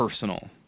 personal